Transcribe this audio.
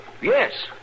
Yes